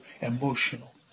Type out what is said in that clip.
emotional